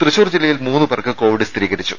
തൃശൂർ ജില്ലയിൽ മൂന്ന് പേർക്ക് കോവിഡ് സ്ഥിരീകരിച്ചു